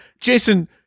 Jason